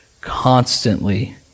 constantly